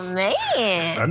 man